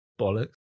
bollocks